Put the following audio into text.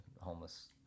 homeless